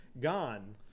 gone